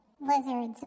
lizards